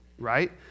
Right